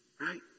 right